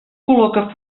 col·loca